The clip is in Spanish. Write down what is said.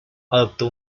adoptó